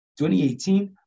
2018